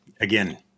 again